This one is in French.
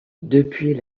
depuis